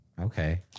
Okay